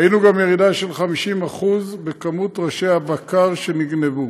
ראינו גם ירידה של 50% במספר ראשי הבקר שנגנבו.